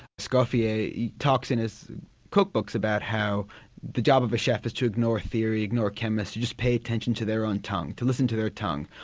escoffier talks in his cookbooks about how the job of a chef is to ignore theory, ignore a chemist, just pay attention to their own tongue, to listen to their tongue,